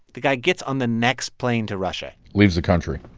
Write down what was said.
the guy gets on the next plane to russia leaves the country.